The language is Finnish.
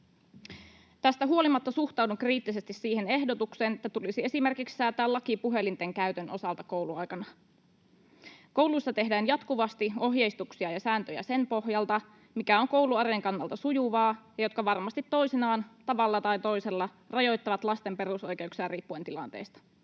huolimatta suhtaudun kriittisesti siihen ehdotuksen, että tulisi esimerkiksi säätää laki puhelinten käytön osalta kouluaikana. Kouluissa tehdään jatkuvasti ohjeistuksia ja sääntöjä sen pohjalta, mikä on kouluarjen kannalta sujuvaa, ja ne varmasti toisinaan tavalla tai toisella rajoittavat lasten perusoikeuksia riippuen tilanteista.